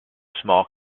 small